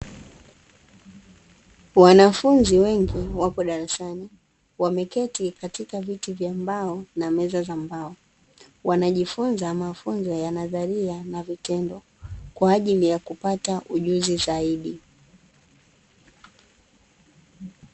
Wanafunzi wengi wapo darasani wameketi katika viti vya mbao na meza za mbao, wanajifunza mafunzo ya nadharia na vitendo kwa ajili ya kupata ujuzi zaidi.